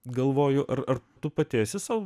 galvoju ar ar tu pati esi sau